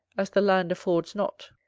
as the land affords not.